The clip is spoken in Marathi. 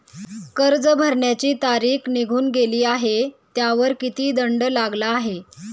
कर्ज भरण्याची तारीख निघून गेली आहे त्यावर किती दंड लागला आहे?